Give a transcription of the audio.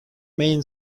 main